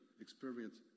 experience